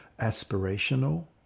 aspirational